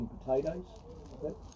potatoes